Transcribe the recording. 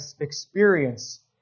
experience